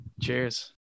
Cheers